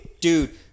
dude